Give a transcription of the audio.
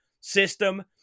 system